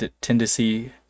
tendency